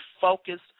focused